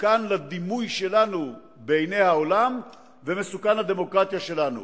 מסוכן לדימוי שלנו בעיני העולם ומסוכן לדמוקרטיה שלנו